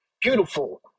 beautiful